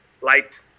light